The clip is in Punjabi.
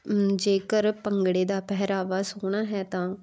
ਜੇਕਰ ਭੰਗੜੇ ਦਾ ਪਹਿਰਾਵਾ ਸੋਹਣਾ ਹੈ ਤਾਂ